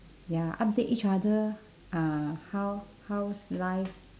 ya update each other ah uh how how's life